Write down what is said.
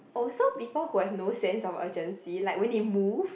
oh so people who have no sense of urgency like when it move